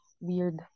weird